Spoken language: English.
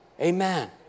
Amen